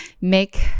make